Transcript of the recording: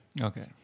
Okay